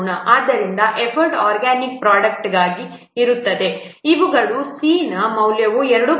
ಆದ್ದರಿಂದ effort organic ಪ್ರೊಡಕ್ಟ್ಗಾಗಿ ಇರುತ್ತದೆ ಇವುಗಳು c ನ ಮೌಲ್ಯವು 2